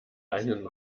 einen